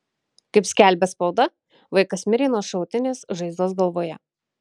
kaip skelbia spauda vaikas mirė nuo šautinės žaizdos galvoje